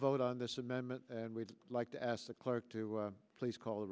vote on this amendment and we'd like to ask the clerk to please call